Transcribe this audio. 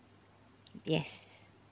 yes